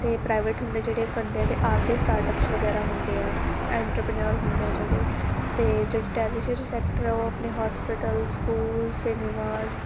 ਅਤੇ ਪ੍ਰਾਈਵੇਟ ਹੁੰਦੇ ਜਿਹੜੇ ਬੰਦਿਆਂ ਦੇ ਆਪਦੇ ਸਟਾਰਟਅਪਸ ਵਗੈਰਾ ਹੁੰਦੇ ਆ ਐਂਟਰਪਨਿਓਰ ਹੁੰਦੇ ਆ ਜਿਹੜੇ ਅਤੇ ਜਿਹੜੀ ਟੈਰੀਸ਼ਰੀ ਸੈਕਟਰ ਆ ਉਹ ਆਪਣੇ ਹੋਸਪਿਟਲ ਸਕੂਲ ਸਿਨੇਮਾਜ